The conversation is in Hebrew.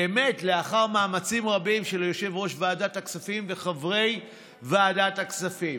באמת לאחר מאמצים רבים של יושב-ראש ועדת הכספים וחברי ועדת הכספים.